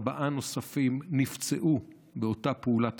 וארבעה נוספים נפצעו באותה פעולה איבה.